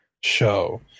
show